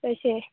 तशें